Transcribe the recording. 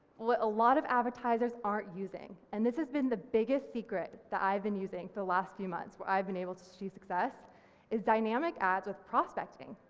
what a lot of advertisers are using and this has been the biggest secret that i've been using the last few months where i've been able to see success is dynamic ads with prospecting.